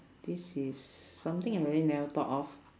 this is something I really never thought of